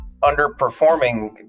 underperforming